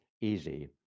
easy